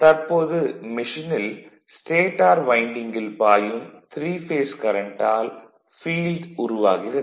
தற்போது மெஷினில் ஸ்டேடார் வைண்டிங்கில் பாயும் 3 பேஸ் கரண்ட்டால் ஃபீல்டு உருவாகிறது